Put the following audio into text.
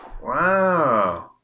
Wow